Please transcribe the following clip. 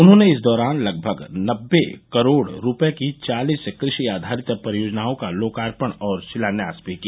उन्होंने इस दौरान लगभग नब्बे करोड़ रूपये की चालीस कृषि आधारित परियोजनाओं का लोकार्पण और शिलान्यास भी किया